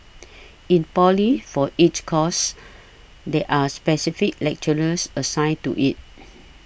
in poly for each course there are specific lecturers assigned to it